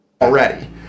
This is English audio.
already